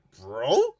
bro